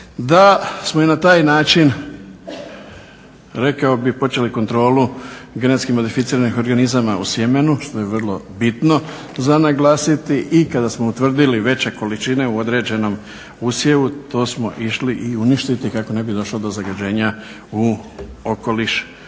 Da smo i na taj način rekao bih počeli kontrolu genetski modificiranih organizama u sjemenu, što je vrlo bitno za naglasiti. I kada smo utvrdili veće količine u određenom usjevu to smo išli i uništiti kako ne bi došlo do zagađenja u okoliš